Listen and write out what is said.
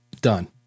Done